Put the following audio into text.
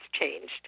changed